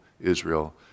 Israel